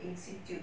institute